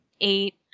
eight